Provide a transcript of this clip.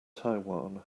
taiwan